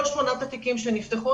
כל שמונת התיקים שנפתחו,